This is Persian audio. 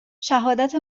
شهادت